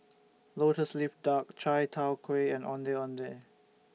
Lotus Leaf Duck Chai Tow Kway and Ondeh Ondeh